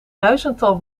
duizendtal